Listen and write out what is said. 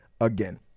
again